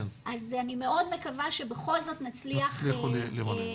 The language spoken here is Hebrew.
אז אני מאוד מקווה שבכל זאת נצליח לממש את זה.